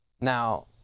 Now